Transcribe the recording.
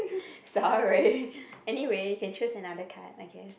sorry anyway can choose another card I guess